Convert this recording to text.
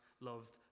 loved